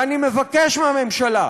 ואני מבקש מהממשלה,